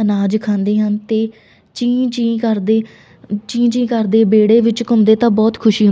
ਅਨਾਜ ਖਾਂਦੇ ਹਨ ਅਤੇ ਚੀਂ ਚੀਂ ਕਰਦੇ ਚੀਂ ਚੀਂ ਕਰਦੇ ਵਿਹੜੇ ਵਿੱਚ ਘੁੰਮਦੇ ਤਾਂ ਬਹੁਤ ਖੁਸ਼ੀ